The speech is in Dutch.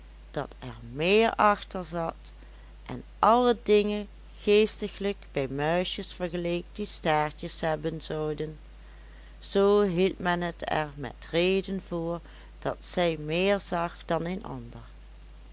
dat er meer achter zat en alle dingen geestiglijk bij muisjes vergeleek die staartjes hebben zouden zoo hield men het er met reden voor dat zij meer zag dan een ander